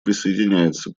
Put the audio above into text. присоединяется